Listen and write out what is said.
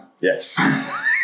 Yes